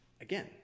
Again